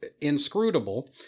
inscrutable